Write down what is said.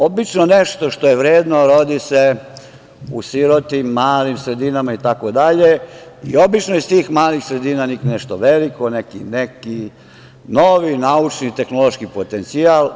Obično se nešto što je vredno rodi u sirotim, malim sredinama i obično iz tih malih sredina nikne nešto veliko, neki novi naučni i tehnološki potencijal.